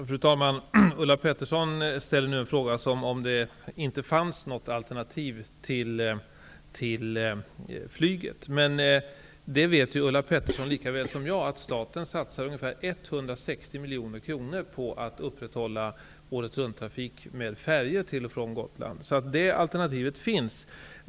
Fru talman! Ulla Pettersson ställer nu en fråga som om det inte fanns något alternativ till flyget. Ulla Pettersson vet lika väl som jag att staten satsar ca 160 miljoner kronor på att upprätthålla året runttrafik med färjor till och från Gotland. Det alternativet finns.